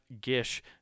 Gish